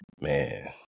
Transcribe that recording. man